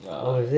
ya